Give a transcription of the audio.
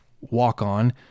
walk-on